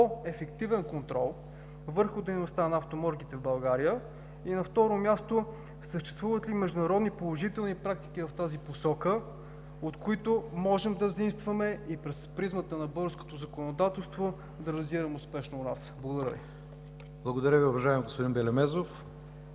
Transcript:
по-ефективен контрол върху дейността на автоморгите в България? На второ място, съществуват ли международни положителни практики в тази посока, от които можем да взаимстваме и през призмата на българското законодателство да реализираме успешно у нас? Благодаря Ви. ПРЕДСЕДАТЕЛ ИВАН К. ИВАНОВ: Благодаря Ви, уважаеми господин Белемезов.